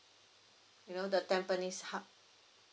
you know the tampines hub